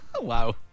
Wow